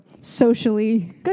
socially